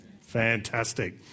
Fantastic